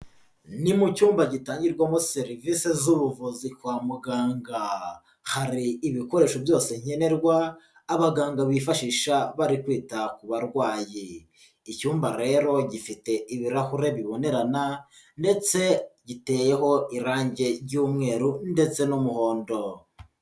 Ni mu cyumba gitangirwamo serivise z'ubuvuzi kwa muganga, hari ibikoresho byose nkenerwa abaganga bifashisha bari kwita ku barwayi, icyumba rero gifite ibirahure bibonerana ndetse giteyeho irange ry'umweru ndetse n'umuhondo.